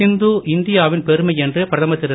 சிந்து இந்தியாவின் பெருமை என்று பிரதமர் திரு